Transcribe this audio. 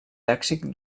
lèxic